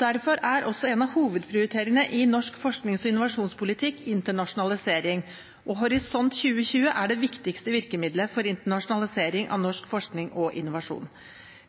Derfor er også en av hovedprioriteringene i norsk forsknings- og innovasjonspolitikk internasjonalisering. Horisont 2020 er det viktigste virkemiddelet for internasjonalisering av norsk forskning og innovasjon.